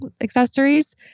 accessories